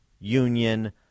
union